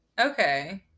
Okay